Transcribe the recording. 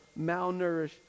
malnourished